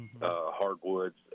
hardwoods